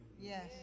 Yes